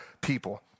people